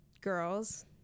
girls